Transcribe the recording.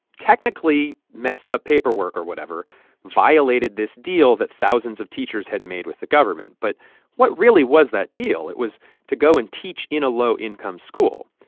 technically, messed up paperwork or whatever violated this deal that thousands of teachers had made with the government. but what really was that deal? it was to go and teach in a low-income school.